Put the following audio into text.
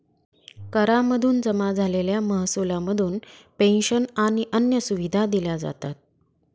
करा मधून जमा झालेल्या महसुला मधून पेंशन आणि अन्य सुविधा दिल्या जातात